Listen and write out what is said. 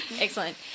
Excellent